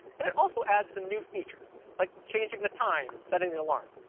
and it also adds some new features like changing the time, and setting the alarm.